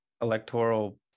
electoral